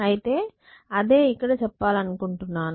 అయితే అదే ఇక్కడ చెప్పాలనుకుంటున్నాను